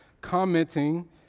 commenting